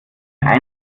mit